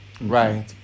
right